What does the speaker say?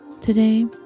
Today